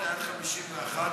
בעד ההסתייגות לחלופין אחרי 37,